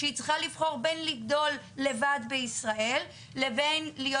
שהיא צריכה לבחור בין לגדול לבד בישראל לבין להיות